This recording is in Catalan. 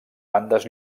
bandes